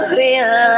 real